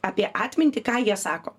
apie atmintį ką jie sako